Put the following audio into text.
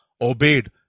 obeyed